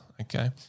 okay